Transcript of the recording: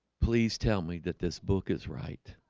please tell me that this book is right